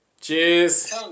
cheers